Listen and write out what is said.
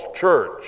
church